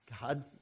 God